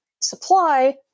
supply